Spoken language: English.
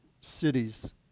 cities